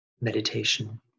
meditation